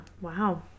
Wow